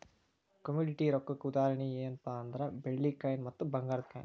commodity ರೊಕ್ಕಕ್ಕ ಉದಾಹರಣಿ ಯೆನ್ಪಾ ಅಂದ್ರ ಬೆಳ್ಳಿ ಕಾಯಿನ್ ಮತ್ತ ಭಂಗಾರದ್ ಕಾಯಿನ್